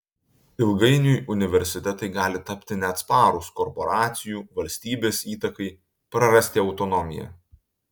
ilgainiui universitetai gali tapti neatsparūs korporacijų valstybės įtakai prarasti autonomiją